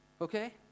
Okay